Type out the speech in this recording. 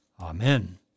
Amen